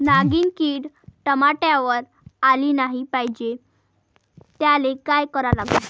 नागिन किड टमाट्यावर आली नाही पाहिजे त्याले काय करा लागन?